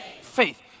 faith